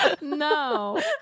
No